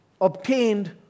obtained